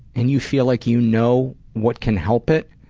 and you feel like you know what can help it,